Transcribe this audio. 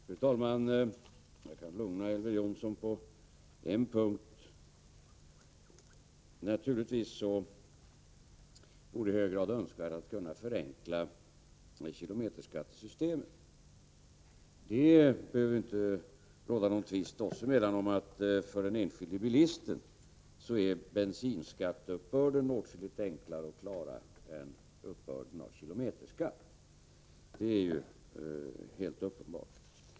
Fru talman! Jag kan lugna Elver Jonsson på en punkt: Det vore naturligtvis i hög grad önskvärt att kunna förenkla kilometerskattesystemet. Det behöver inte råda någon tvist oss emellan om att bensinskatteuppbörden är åtskilligt enklare att klara för den enskilde bilisten än uppbörden av kilometerskatt. Det är ju helt uppenbart.